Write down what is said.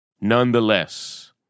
Nonetheless